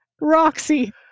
Roxy